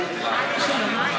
לחומרה.